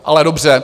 Ale dobře.